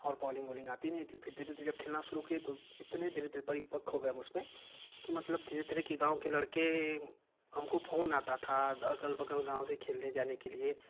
और बॉलिंग उलिंग आती नहीं थी फिर धीरे धीरे खेलना शुरू किये तो इतना धीरे धीरे परिपक्व हो गये हम उसमें की मतलब धीरे धीरे की गाँव के लड़के हमको फोन आता था अगल बगल गाँव से खेलने जाने के लिए